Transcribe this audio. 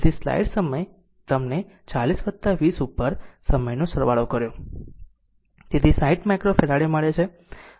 તેથી સ્લાઈડ સમયએ તેમને 40 20 ઉપર સમય નો સરવાળો કર્યો તેથી 60 માઈક્રોફેરાડે મળે છે